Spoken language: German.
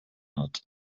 hat